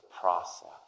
process